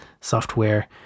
software